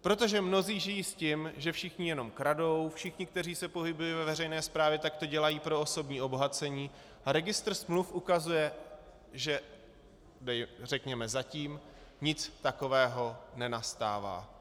Protože mnozí žijí s tím, že všichni jenom kradou, všichni, kteří se pohybují ve veřejné správě, tak to dělají pro osobní obohacení, a registr smluv ukazuje, že řekněme zatím nic takového nenastává.